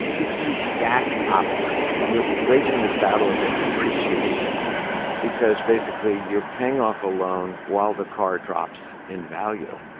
it's the exact opposite you're waging this battle against depreciation because, basically, you're paying off a loan while the car drops in value.